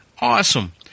Awesome